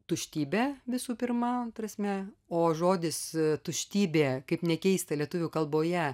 tuštybę visų pirma prasme o žodis tuštybė kaip ne keista lietuvių kalboje